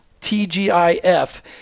t-g-i-f